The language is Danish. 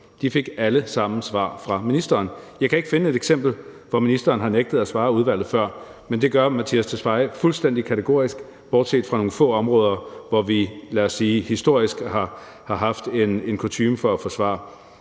de fik alle sammen svar fra ministeren. Jeg kan ikke finde et eksempel, hvor ministeren har nægtet at svare udvalget før, men det gør den nuværende minister fuldstændig kategorisk bortset fra nogle få områder, hvor vi lad os sige historisk har haft en kutyme for at få svar.